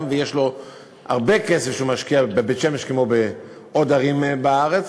והוא משקיע הרבה כסף בבית-שמש כמו בעוד ערים בארץ.